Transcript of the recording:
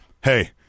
hey